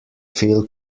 feel